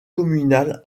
communal